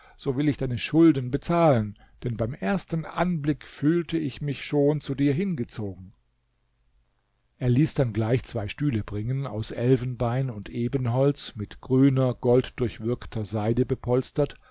so will ich deine schulden bezahlen denn beim ersten anblick fühlte ich mich schon zu dir hingezogen er ließ dann gleich zwei stühle bringen aus elfenbein und ebenholz mit grüner golddurchwirkter seide bepolstert